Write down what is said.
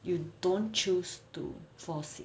you don't choose to fall sick